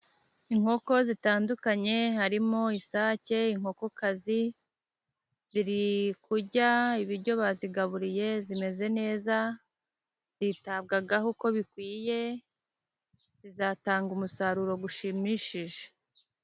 Inkoko zitandukanye harimo isake, inkokokazi, ziri kurya ibiryo bazigaburiye, zimeze neza, zitabwaho uko bikwiye, zizatanga umusaruro ushimishije.